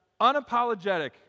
unapologetic